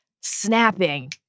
snapping